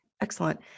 Excellent